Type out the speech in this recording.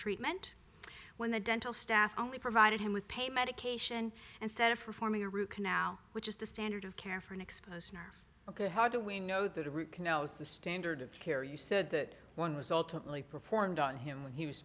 treatment when the dental staff only provided him with pain medication and set of performing a root canal which is the standard of care for an exposed nerve ok how do we know that a root canal is the standard of care you said that one was ultimately performed on him when he was